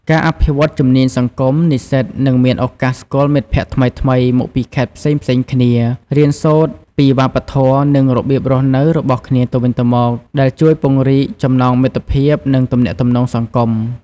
ការអភិវឌ្ឍជំនាញសង្គម និស្សិតនឹងមានឱកាសស្គាល់មិត្តភក្តិថ្មីៗមកពីខេត្តផ្សេងៗគ្នា រៀនសូត្រពីវប្បធម៌ និងរបៀបរស់នៅរបស់គ្នាទៅវិញទៅមក ដែលជួយពង្រីកចំណងមិត្តភាព និងទំនាក់ទំនងសង្គម។